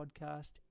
podcast